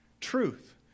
Truth